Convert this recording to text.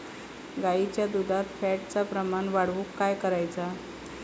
गाईच्या दुधात फॅटचा प्रमाण वाढवुक काय करायचा?